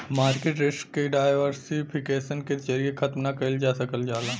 market risk के diversification के जरिये खत्म ना कइल जा सकल जाला